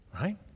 Right